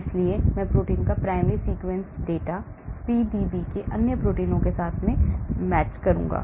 इसलिए मैं प्रोटीन का primary sequence data पीडीबी के अन्य प्रोटीनों के साथ तुलना करूंगा